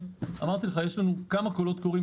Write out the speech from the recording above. אמרתי לך, יש לנו כמה קולות קוראים.